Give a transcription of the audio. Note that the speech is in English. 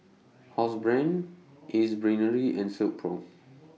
Housebrand Ace Brainery and Silkpro